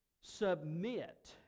submit